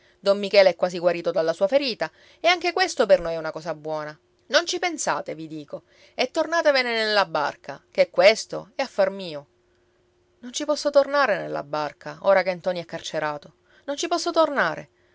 don michele è quasi guarito dalla sua ferita e anche questo per noi è una cosa buona non ci pensate vi dico e tornatevene nella barca ché questo è affar mio non ci posso tornare nella barca ora che ntoni è carcerato non ci posso tornare